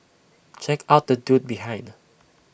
check out the dude behind